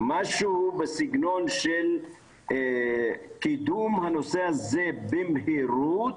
משהו בסגנון של קידום הנושא הזה במהירות,